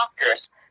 doctors